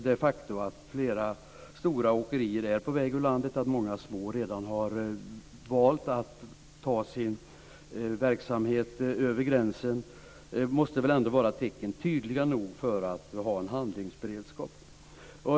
Det faktum att flera stora åkerier är på väg ut ur landet och att många små redan har valt att ta sin verksamhet över gränsen måste väl ändå vara tecken tydliga nog för att ha en handlingsberedskap.